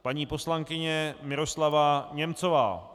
Paní poslankyně Miroslava Němcová.